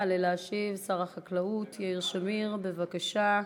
יעלה להשיב שר החקלאות יאיר שמיר, בבקשה.